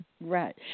right